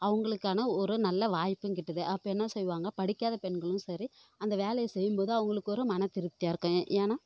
அவங்களுக்கான ஒரு நல்ல வாய்ப்பும் கிட்டுது அப்போ என்ன செய்வாங்க படிக்காத பெண்களும் சரி அந்த வேலையை செய்யும்போது அவங்களுக்கு ஒரு மனதிருப்தியாகருக்கும் ஏன்னா